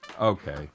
Okay